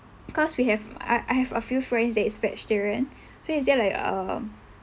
because we have I I have a few friends that is vegetarian so is there like a